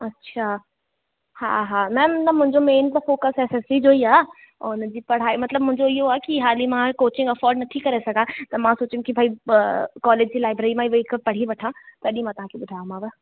अच्छा हा हा न न मुंहिंजो मेन त फोकस एसएससी जो ई आहे ऐं हुन जी पढ़ाई मतिलबु मुंहिंजो इयो आहे की हाली मां हीअ कोचिंग एफॉड नथी करे सघां त मां सोचियमि की भाई की प कॉलेज जी लाइब्रेरी मां ई वेई क पढ़ी वठां तॾहिं मां तव्हांखे ॿुधायोमाव